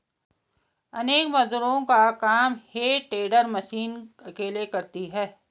अनेक मजदूरों का काम हे टेडर मशीन अकेले करती है